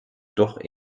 doch